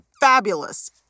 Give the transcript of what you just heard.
fabulous